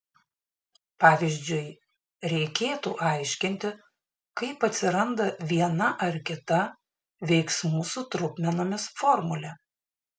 pavyzdžiui reikėtų aiškinti kaip atsiranda viena ar kita veiksmų su trupmenomis formulė